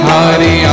Hari